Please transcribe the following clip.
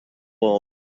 world